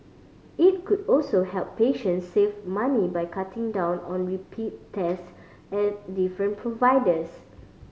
it could also help patients save money by cutting down on repeat tests at different providers